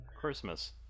Christmas